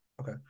Okay